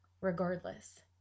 regardless